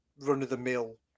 run-of-the-mill